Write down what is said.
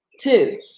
Two